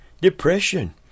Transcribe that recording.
Depression